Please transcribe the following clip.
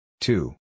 Two